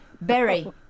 berry